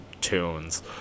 tunes